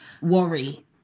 worry